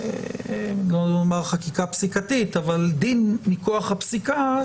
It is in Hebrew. לא נאמר חקיקה פסיקתית אבל דין מכוח הפסיקה,